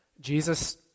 Jesus